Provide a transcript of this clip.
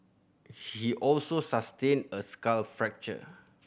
he also sustained a skull fracture